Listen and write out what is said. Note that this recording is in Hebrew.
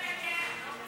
הם אמרו לתקן, הם לא פסלו.